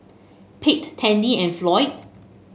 Pate Tandy and Floyd